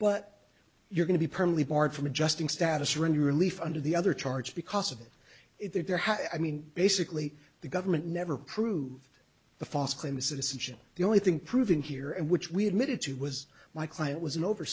but you're going to be perfectly barred from adjusting status really relief under the other charge because of their how i mean basically the government never prove the fos claim of citizenship the only thing proving here and which we admitted to was my client was an over